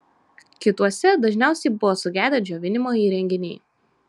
kituose dažniausiai buvo sugedę džiovinimo įrenginiai